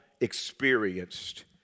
experienced